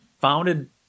founded